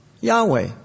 Yahweh